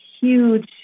huge